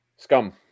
Scum